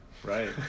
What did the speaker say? right